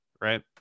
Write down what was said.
right